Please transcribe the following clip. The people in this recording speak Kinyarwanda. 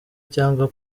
cyangwa